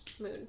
moon